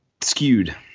skewed